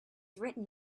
written